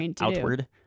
outward